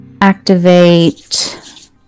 activate